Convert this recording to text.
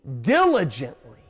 diligently